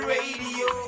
Radio